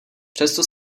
přesto